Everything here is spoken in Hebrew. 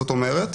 זאת אומרת,